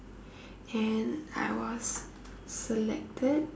and I was selected